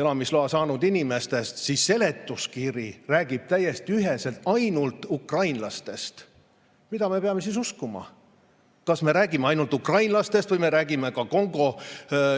elamisloa saanud inimestest, siis seletuskiri räägib täiesti üheselt ainult ukrainlastest. Mida me peame siis uskuma? Kas me räägime ainult ukrainlastest või me räägime ka Kongo